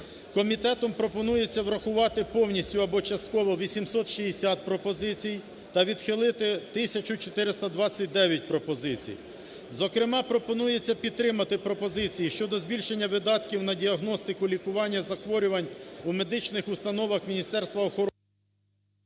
Комітетом пропонується врахувати повністю або частково 860 пропозицій та відхилити 1429 пропозицій. Зокрема, пропонується підтримати пропозиції щодо збільшення видатків на діагностику лікування захворювань у медичних установах Міністерства охорони…